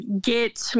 get